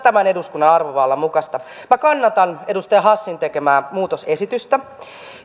eduskunnan arvovallan mukaista minä kannatan edustaja hassin tekemää muutosesitystä